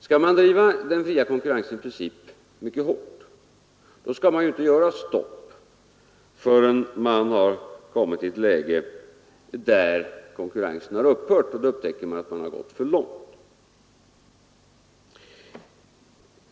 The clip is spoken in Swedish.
Skall man driva den fria konkurrensens princip mycket hårt skall man inte sätta stopp förrän man har kommit i ett läge där konkurrensen har upphört, och då upptäcker man att man har gått för långt.